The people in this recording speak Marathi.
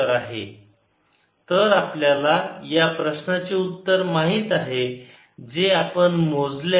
Vr 14π0σR ddzr R σR0ln Rr r≥R0 r≤R तर आपल्याला या प्रश्नाचे उत्तर माहित आहे जे आपण मोजले आहे